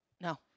No